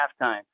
halftime